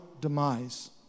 demise